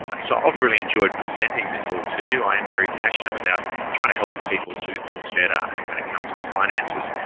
but so i've really enjoyed presenting this whole to you. i am very passionate about trying to help people do things better. um when it comes to finances,